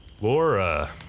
Laura